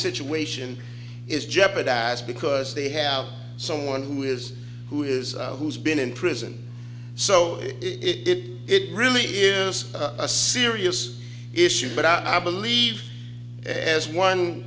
situation is jeopardized because they have someone who is who is who's been in prison so it did it really is a serious issue but i believe as one